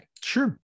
Sure